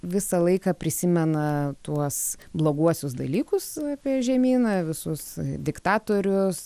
visą laiką prisimena tuos bloguosius dalykus apie žemyną visus diktatorius